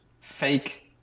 fake